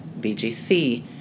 BGC